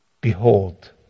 Behold